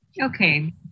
Okay